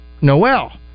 noel